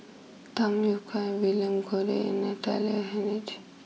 Tham Yui Kai William Goode and Natalie Hennedige